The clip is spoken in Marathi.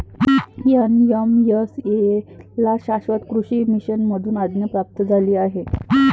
एन.एम.एस.ए ला शाश्वत कृषी मिशन मधून आज्ञा प्राप्त झाली आहे